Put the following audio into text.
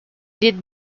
did